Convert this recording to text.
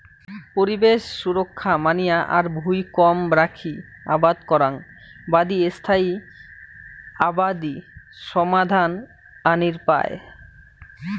পরিবেশ সুরক্ষা মানিয়া আর ভুঁই কম রাখি আবাদ করাং বাদি স্থায়ী আবাদি সমাধান আনির পায়